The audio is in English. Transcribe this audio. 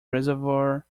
reservoir